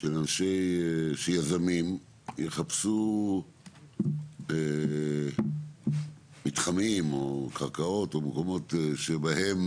שיזמים יחפשו מתחמים או קרקעות או מקומות שבהן